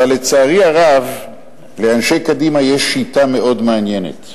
אבל לצערי הרב, לאנשי קדימה יש שיטה מאוד מעניינת.